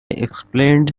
explained